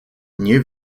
nie